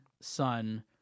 son